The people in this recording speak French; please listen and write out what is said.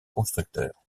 constructeur